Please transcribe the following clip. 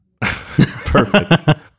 Perfect